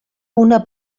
una